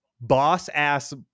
boss-ass